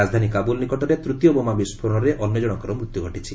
ରାଜଧାନୀ କାବୁଲ୍ ନିକଟରେ ତୂତୀୟ ବୋମା ବିସ୍ଫୋରଣରେ ଅନ୍ୟ ଜଣକର ମୃତ୍ୟୁ ଘଟିଛି